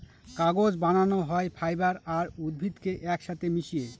কাগজ বানানো হয় ফাইবার আর উদ্ভিদকে এক সাথে মিশিয়ে